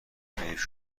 حیف